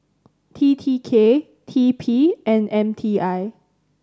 T T K T P and M T I